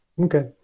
Okay